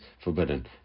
forbidden